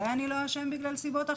אולי אני לא אשם בגלל סיבות אחרות.